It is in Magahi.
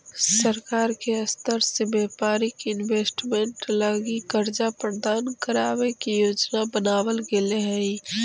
सरकार के स्तर से व्यापारिक इन्वेस्टमेंट लगी कर्ज प्रदान करावे के योजना बनावल गेले हई